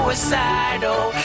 Suicidal